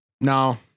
No